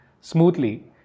smoothly